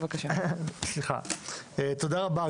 תודה רבה,